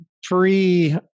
free